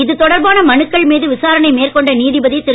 இதுதொடர்பான மனுக்கள் மீது விசாரணை மேற்கொண்ட நீதிபதி திரு